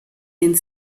den